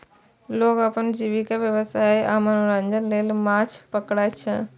लोग अपन जीविका, व्यवसाय आ मनोरंजन लेल माछ पकड़ै छै